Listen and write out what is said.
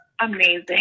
amazing